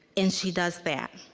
and she does that.